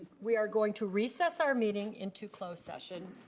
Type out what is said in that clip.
we are going to recess our meeting into closed session.